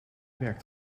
werkt